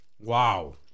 Wow